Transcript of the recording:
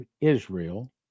Israel